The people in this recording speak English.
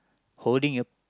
holding a